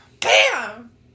bam